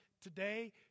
today